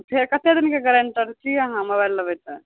फेर कते दिनके गारंटी छी अहाँ मोबाइल लेबय तऽ